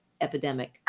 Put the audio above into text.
epidemic